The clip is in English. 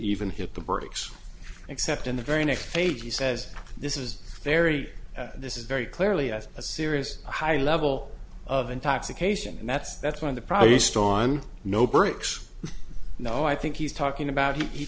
even hit the brakes except in the very next page he says this is very this is very clearly as a serious a high level of intoxication and that's that's why the probably staun no breaks no i think he's talking about he